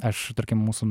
aš tarkim mūsų